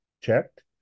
checked